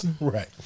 right